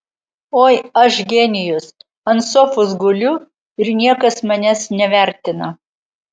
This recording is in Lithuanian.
oi aš genijus ant sofos guliu ir niekas manęs nevertina